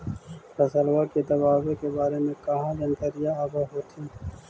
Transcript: फसलबा के दबायें के बारे मे कहा जानकारीया आब होतीन?